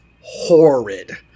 horrid